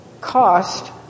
Cost